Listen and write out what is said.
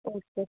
okay